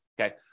Okay